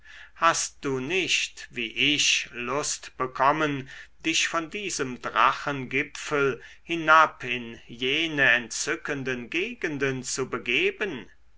hast du nicht wie ich lust bekommen dich von diesem drachengipfel hinab in jene entzückenden gegenden zu begeben